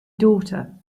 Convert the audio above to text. daughter